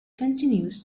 continues